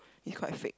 it's quite fake